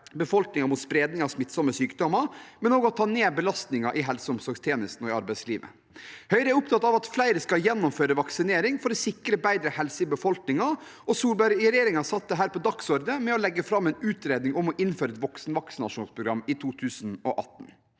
befolkningen mot spredning av smittsomme sykdommer, men også for å ta ned belastningen i helse- og omsorgstjenesten og i arbeidslivet. Høyre er opptatt av at flere skal gjennomføre vaksinering for å sikre bedre helse i befolkningen. Solberg-regjeringen satte det på dagsordenen i 2018 ved å legge fram en utredning om å innføre et voksenvaksinasjonsprogram.